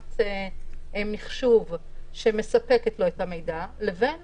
תחנת מחשוב שמספקת לו את המידע, לבין